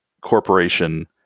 Corporation